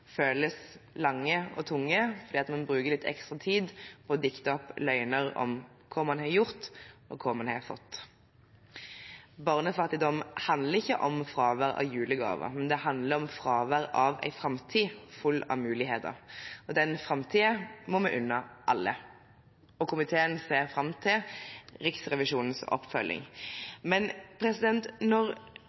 føles lange og tunge ved at man bruker litt ekstra tid på å dikte opp løgner om hva man har gjort, og hva man har fått. Barnefattigdom handler ikke om fravær av julegaver, det handler om fravær av en framtid full av muligheter, og den framtida må vi unne alle. Komiteen ser fram til Riksrevisjonens oppfølging. Men når